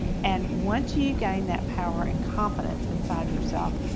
and once you gain that power and confidence inside yourself,